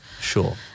Sure